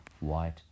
white